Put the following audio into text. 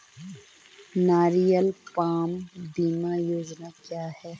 नारियल पाम बीमा योजना क्या है?